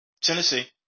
Tennessee